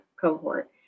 cohort